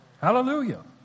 Hallelujah